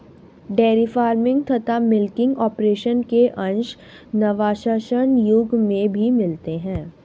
dairy farming तथा milking operation के अंश नवपाषाण युग में भी मिलते हैं